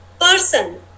person